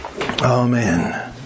Amen